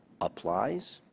applies